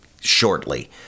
shortly